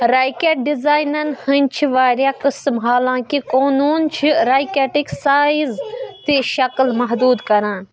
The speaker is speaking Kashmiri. رکٮ۪ٹ ڈیزینَن ہنٛدۍ چھِ واریاہ قٕسم حالانٛکِہ قونوٗن چھِ رکٮ۪ٹٕک سائز تہٕ شکل محدوٗد کران